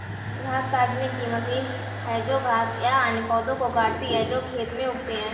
घास काटने की मशीन है जो घास या अन्य पौधों को काटती है जो खेत में उगते हैं